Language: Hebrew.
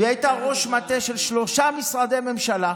היא הייתה ראש מטה של שלושה משרדי ממשלה,